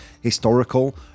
historical